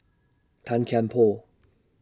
Tan Kian Por